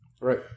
Right